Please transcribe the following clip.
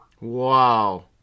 Wow